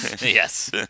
Yes